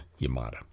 Yamada